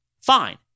Fine